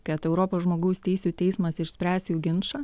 kad europos žmogaus teisių teismas išspręs jų ginčą